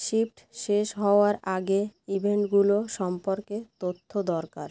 shift শেষ হওয়ার আগে ইভেন্টগুলো সম্পর্কে তথ্য দরকার